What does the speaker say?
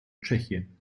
tschechien